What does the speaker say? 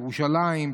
ירושלים,